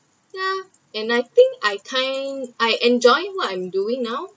ya and I think I kind I enjoy what I’m doing now